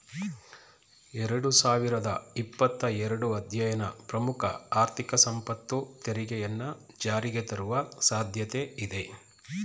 ಎರಡು ಸಾವಿರದ ಇಪ್ಪತ್ತ ಎರಡು ಅಧ್ಯಯನ ಪ್ರಮುಖ ಆರ್ಥಿಕ ಸಂಪತ್ತು ತೆರಿಗೆಯನ್ನ ಜಾರಿಗೆತರುವ ಸಾಧ್ಯತೆ ಇದೆ